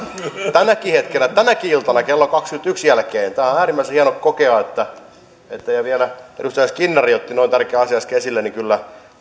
tälläkin hetkellä tänäkin iltana kello kahdenkymmenenyhden jälkeen tämä on äärimmäisen hienoa kokea ja kun vielä edustaja skinnari otti noin tärkeän asian äsken esille niin kyllä